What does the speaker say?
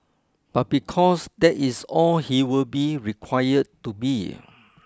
but because that it's all he will be required to be